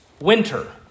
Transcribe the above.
winter